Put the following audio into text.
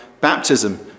baptism